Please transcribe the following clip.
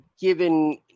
given